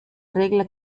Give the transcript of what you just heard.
regla